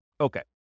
Okay